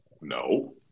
No